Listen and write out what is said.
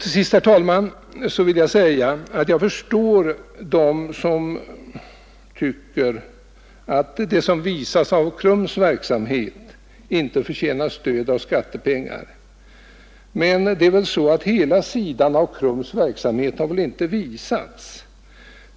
Till sist, herr talman, vill jag säga att jag förstår dem som tycker att det som visats av KRUM:s verksamhet inte förtjänar stöd av skattepengar. Men alla sidor av KRUM:s verksamhet har väl inte visats.